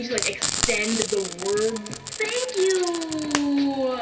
like, extend the words. thank you know